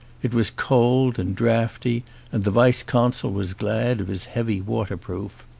it was cold and draughty and the vice consul was glad of his heavy waterproof.